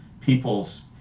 people's